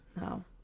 No